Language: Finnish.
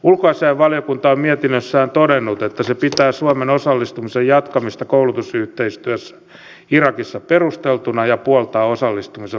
ulkoasiainvaliokunta on mietinnössään todennut että se pitää suomen osallistumisen jatkamista koulutusyhteistyössä irakissa perusteltuna ja puoltaa osallistumisen laajentamista